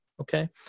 okay